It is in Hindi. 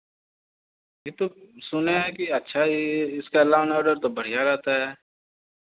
यह तो सुना है कि अच्छा इ इसका लॉ एन आर्डर तो बढ़िया रहता है